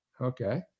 Okay